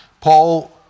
Paul